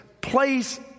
Place